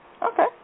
Okay